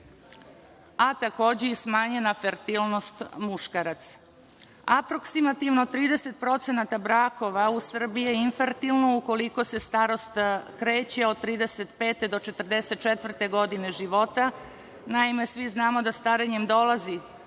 a takođe i smanjena fertilnost muškaraca. Aproksimativno 30% brakova u Srbiji je infrantilno ukoliko se starost kreće od 35 do 44 godine života. Naime, svi znamo da starenjem dolazi